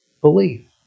believe